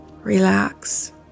relax